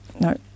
No